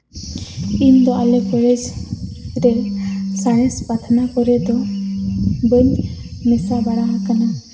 ᱤᱧ ᱫᱚ ᱟᱞᱮ ᱠᱚᱞᱮᱡᱽ ᱨᱮ ᱥᱟᱬᱮᱥ ᱯᱟᱛᱷᱱᱟ ᱠᱚᱨᱮ ᱫᱚ ᱵᱟᱹᱧ ᱢᱮᱥᱟ ᱵᱟᱲᱟ ᱦᱟᱠᱟᱱᱟ